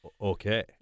Okay